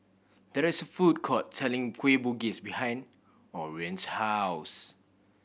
there is a food court selling Kueh Bugis behind Orion's house